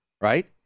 Right